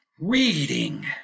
reading